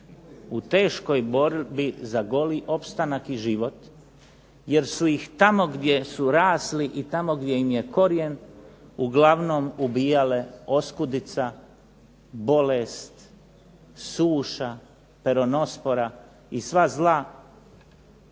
u teškoj borbi za goli opstanak i život jer su ih tamo gdje su rasli i tamo gdje im je korijen uglavnom ubijale oskudica, bolest, suša, peronospora i sva zla